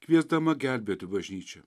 kviesdama gelbėti bažnyčią